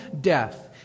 death